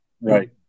right